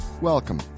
Welcome